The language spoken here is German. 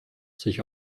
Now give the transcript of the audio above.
sich